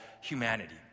humanity